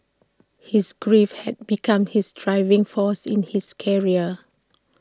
his grief had become his driving force in his career